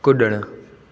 कुॾणु